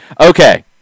Okay